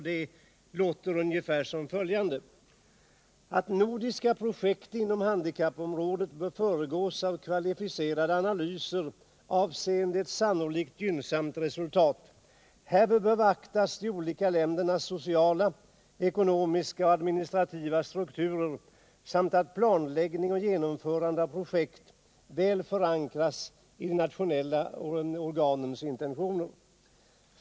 Det låter på följande sätt: ”Nordiska projekt inom handikappområdet bör föregås av kvalificerade analyser avseende ett sannolikt gynnsamt resultat. Härvid bör beaktas de olika ländernas sociala, ekonomiska och administrativa strukturer samt att planläggning och genomförande av projekt väl förankras i de nationella organens intentioner.